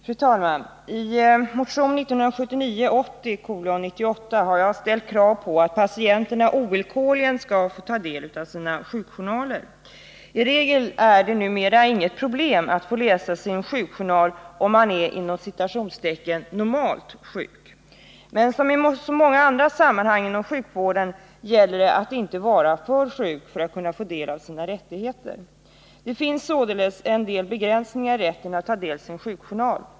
Fru talman! I motion 1979/80:98 har jag ställt krav på att patienterna ovillkorligen skall få del av sina sjukjournaler. I regel är det numera inget problem att få läsa sin sjukjournal om man är ”normalt” sjuk. Men som i så många andra sammanhang inom sjukvården gäller det att inte vara för sjuk för att kunna få ta del av sina rättigheter. Det finns således en del begränsningar i rätten att ta del av sin sjukjournal.